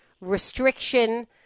restriction